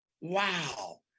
wow